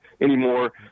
anymore